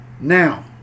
Now